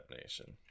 Nation